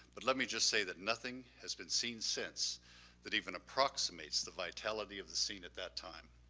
but let me just say that nothing has been seen since that even approximates the vitality of the scene at that time.